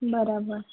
બરાબર